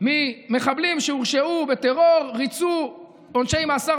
ממחבלים שהורשעו בטרור וריצו עונשי מאסר